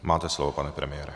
Máte slovo, pane premiére.